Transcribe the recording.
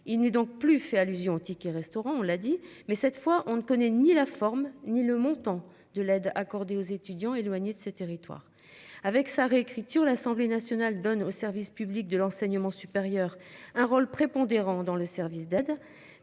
Il n'est donc plus fait allusion en tickets restaurant, on l'a dit, mais cette fois on ne connaît ni la forme ni le montant de l'aide accordée aux étudiants éloignés de territoires avec sa réécriture. L'assemblée nationale donne au service public de l'enseignement supérieur, un rôle prépondérant dans le service d'être